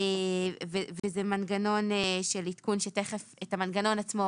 וזה מנגנון של עדכון שתיכף את המנגנון עצמו,